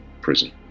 prison